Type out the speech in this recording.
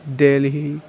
Delhi